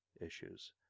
issues